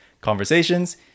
conversations